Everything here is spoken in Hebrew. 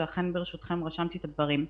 ולכן ברשותכם רשמתי את הדברים: